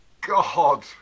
god